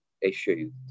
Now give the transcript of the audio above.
issue